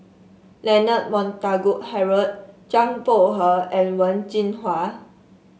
Leonard Montague Harrod Zhang Bohe and Wen Jinhua